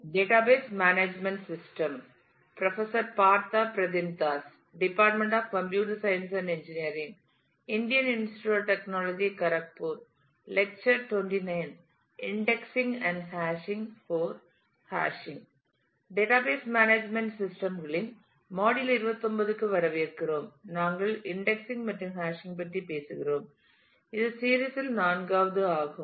database management system களின் module 29 க்கு வரவேற்கிறோம் நாங்கள் இன்டெக்ஸிங் மற்றும் ஹாஷிங் பற்றி பேசுகிறோம் இது சீரிஸ் இல் நான்காவது ஆகும்